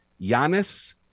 Giannis